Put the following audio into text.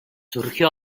surgió